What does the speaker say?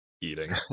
eating